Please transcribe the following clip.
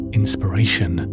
inspiration